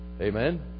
Amen